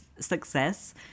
success